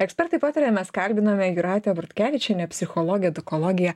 ekspertai pataria mes kalbiname jūratę bortkevičienę psichologę edukologę